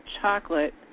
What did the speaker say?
chocolate